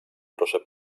proszę